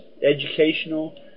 Educational